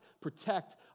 protect